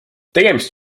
tegemist